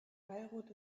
beirut